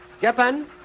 Japan